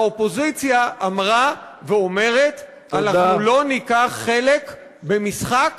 האופוזיציה אמרה ואומרת: אנחנו לא ניקח חלק במשחק